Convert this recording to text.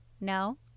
No